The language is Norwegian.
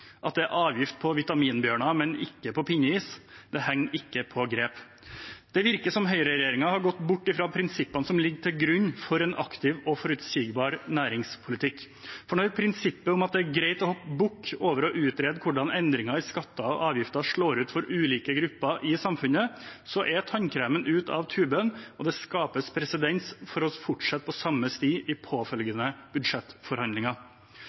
at det er avgift på vitaminbjørner, men ikke på ispinner? Det henger ikke på greip. Det virker som høyreregjeringen har gått bort fra prinsippene som ligger til grunn for en aktiv og forutsigbar næringspolitikk. Når prinsippet om at det er greit å hoppe bukk over å utrede hvordan endringer i skatter og avgifter slår ut for ulike grupper i samfunnet, er tannkremen ute av tuben, og det skapes presedens for å fortsette på samme sti i påfølgende budsjettforhandlinger.